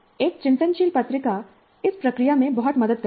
एक चिंतनशील पत्रिका इस प्रक्रिया में बहुत मदद करती है